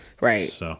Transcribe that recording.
Right